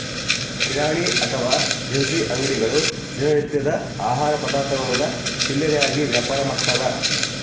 ಕಿರಾಣಿ ಅಥವಾ ದಿನಸಿ ಅಂಗಡಿಗಳು ದಿನ ನಿತ್ಯದ ಆಹಾರ ಪದಾರ್ಥಗುಳ್ನ ಚಿಲ್ಲರೆಯಾಗಿ ವ್ಯಾಪಾರಮಾಡ್ತಾರ